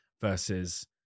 versus